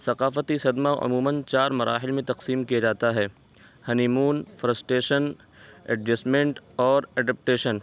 ثقافتی صدمہ عموماً چار مراحل میں تقسیم کیا جاتا ہے ہنی مون فرسٹریشن ایڈجسٹمینٹ اور اڈیپٹیشن